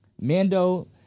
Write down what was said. Mando